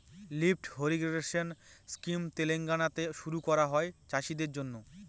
lift irrigation scheme তেলেঙ্গানাতে শুরু করা হয় চাষীদের জন্য